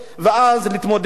שאלת הזרים,